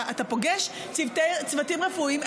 אתה פוגש צוותים רפואיים,